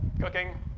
Cooking